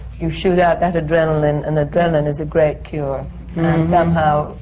you shoot out that adrenaline and adrenaline is a great cure. and somehow,